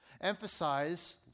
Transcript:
emphasize